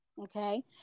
okay